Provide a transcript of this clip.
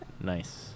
Nice